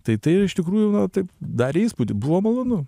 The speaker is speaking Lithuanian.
tai tai iš tikrųjų na taip darė įspūdį buvo malonu